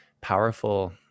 powerful